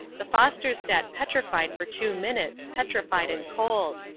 the fosters sat petrified for two minutes petrified and cold.